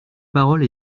parole